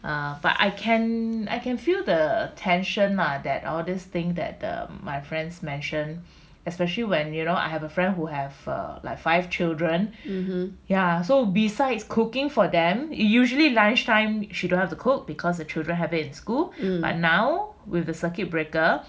(uh huh)